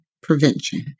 prevention